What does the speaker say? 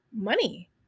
money